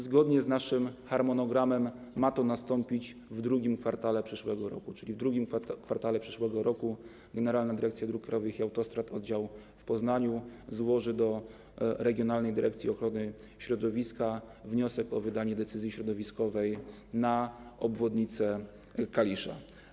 Zgodnie z naszym harmonogramem ma to nastąpić w II kwartale przyszłego roku, czyli w II kwartale przyszłego roku Generalna Dyrekcja Dróg Krajowych i Autostrad Oddział w Poznaniu złoży do regionalnej dyrekcji ochrony środowiska wniosek o wydanie decyzji środowiskowej na obwodnicę Kalisza.